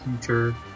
future